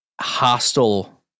hostile